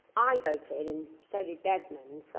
i voted, and so did desmond, so